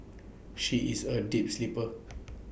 she is A deep sleeper